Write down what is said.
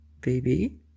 Baby